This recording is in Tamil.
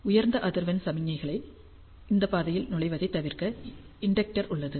உயர்ந்த அதிர்வெண் சமிக்ஞைகள் இந்த பாதையில் நுழைவதைத் தவிர்க்க இண்டெக்டர் உள்ளது